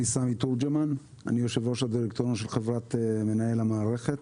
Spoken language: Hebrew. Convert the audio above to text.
אני יושב-ראש הדירקטוריון של חברת מנהל המערכת,